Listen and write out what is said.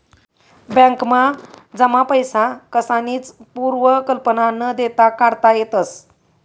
बॅकमा जमा पैसा कसानीच पूर्व सुचना न देता काढता येतस